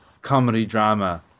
comedy-drama